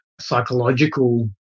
psychological